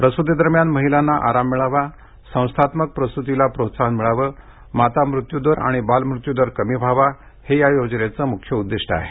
प्रसुती दरम्यान महिलांना आराम मिळावा संस्थात्मक प्रसुतीला प्रोत्साहन मिळावं माता मृत्यूदर आणि बालमृत्यूदर कमी व्हावा हे योजनेचं प्रमुख उद्दिष्ट आहे